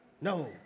no